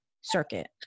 circuit